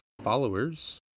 followers